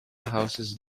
houses